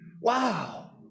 wow